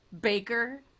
Baker